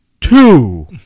two